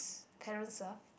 ~s parents ah